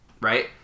right